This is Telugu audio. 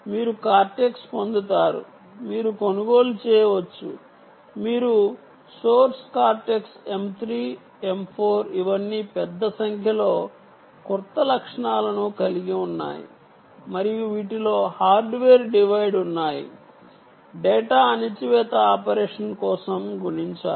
మీరు కార్టెక్స్ పొందుతారు మీరు కొనుగోలు చేయవచ్చు మీరు సోర్స్ కార్టెక్స్ M 3 M 4 ఇవన్నీ పెద్ద సంఖ్యలో క్రొత్త లక్షణాలను కలిగి ఉన్నాయి మరియు వీటిలో హార్డ్వేర్ డివైడ్ ఉన్నాయి డేటా అణచివేత ఆపరేషన్ కోసం గుణించాలి